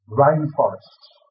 rainforests